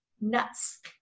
nuts